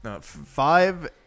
Five